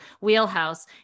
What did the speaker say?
wheelhouse